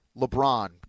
lebron